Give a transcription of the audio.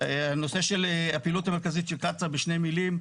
הנושא של הפעילות המרכזית של קצא"א, בשתי מילים,